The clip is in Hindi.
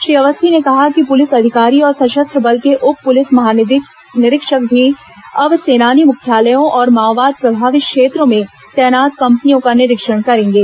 श्री अवस्थी ने कहा कि पुलिस अधिकारी और सशस्त्र बल के उप पुलिस महानिरीक्षक भी अब सेनानी मुख्यालयों और माओवाद प्रभावित क्षेत्रों में तैनात कंपनियों का निरीक्षण करेंगे